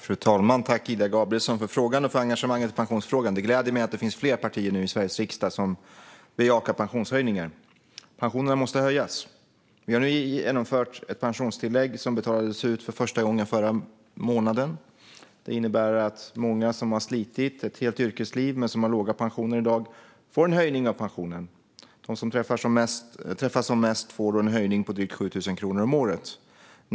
Fru talman! Tack, Ida Gabrielsson, för frågan och för engagemanget i pensionsfrågan! Det gläder mig att det nu finns fler partier i Sveriges riksdag som bejakar pensionshöjningen. Pensionerna måste höjas. Vi har nu genomfört ett pensionstillägg, som betalades ut för första gången i förra månaden. Det innebär att många som har slitit ett helt yrkesliv men som har låga pensioner i dag får en höjning av pensionen. De som träffas som mest får en höjning med drygt 7 000 kronor om året.